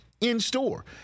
in-store